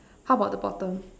how about the bottom